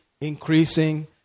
increasing